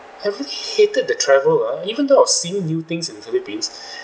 I really hated the travel uh even though I was seeing new things in the philippines